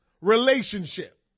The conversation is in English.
relationship